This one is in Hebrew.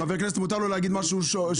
לחבר כנסת מותר להגיד מה שהוא רוצה,